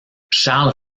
charles